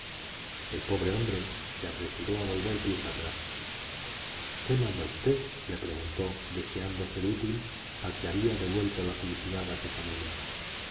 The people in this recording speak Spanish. el pobre hombre se apresuró a volver pies atrás qué manda usted le preguntó deseando ser útil al que había devuelto la felicidad a su familia